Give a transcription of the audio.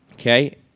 Okay